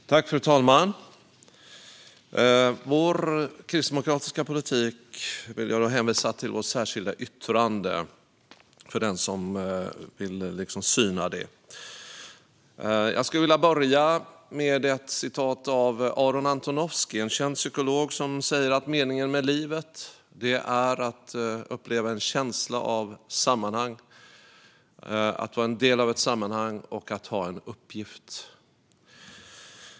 Fru talman! För den som vill syna vår kristdemokratiska politik vill jag hänvisa till vårt särskilda yttrande. Jag vill börja med att citera den kända psykologen Aaron Antonovsky: Meningen med livet är att uppleva en känsla av sammanhang, att vara en del av ett sammanhang och att ha en uppgift.